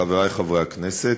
תודה, חברי חברי הכנסת,